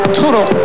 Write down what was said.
total